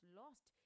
lost